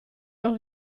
leurs